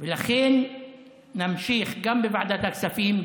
לכן נמשיך גם בוועדת הכספים,